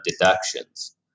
deductions